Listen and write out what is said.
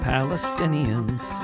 Palestinians